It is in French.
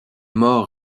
mort